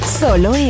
solo